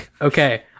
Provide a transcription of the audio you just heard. Okay